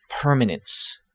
permanence